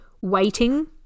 waiting